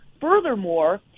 Furthermore